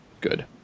good